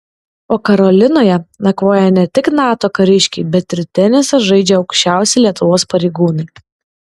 o karolinoje nakvoja ne tik nato kariškiai bet ir tenisą žaidžia aukščiausi lietuvos pareigūnai